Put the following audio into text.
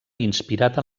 inspirat